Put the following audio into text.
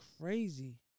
crazy